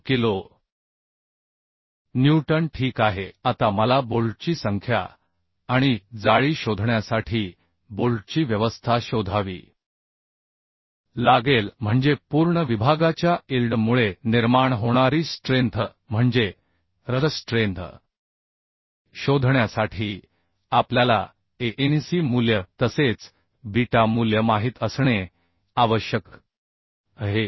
3 kilo newton ठीक आहे आता मला बोल्टची संख्या आणि जाळी शोधण्यासाठी बोल्टची व्यवस्था शोधावी लागेल म्हणजे पूर्ण विभागाच्या इल्ड मुळे निर्माण होणारी स्ट्रेंथ म्हणजे रप्चर स्ट्रेंथ शोधण्यासाठी आपल्याला Anc मूल्य तसेच बीटा मूल्य माहित असणे आवश्यक आहे